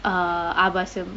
uh ஆபாசம்:aabaasam